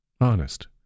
Honest